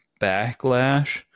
backlash